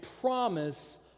promise